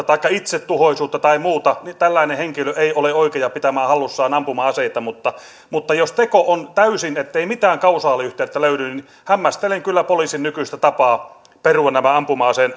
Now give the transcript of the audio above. taikka itsetuhoisuutta tai muuta niin tällainen henkilö ei ole oikea pitämään hallussaan ampuma aseita mutta mutta jos teko on täysin sellainen ettei mitään kausaaliyhteyttä löydy niin hämmästelen kyllä poliisin nykyistä tapaa perua ampuma aseen